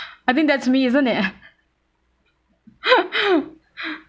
I think that's me isn't it